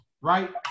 right